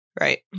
Right